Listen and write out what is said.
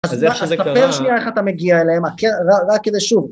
אז תספר שנייה איך אתה מגיע אליהם רק כדי שוב